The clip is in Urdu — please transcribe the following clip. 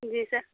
جی سر